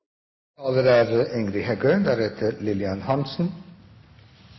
Neste taler er